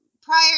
prior